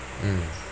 mm